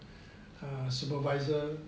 err supervisor